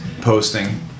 posting